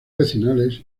vecinales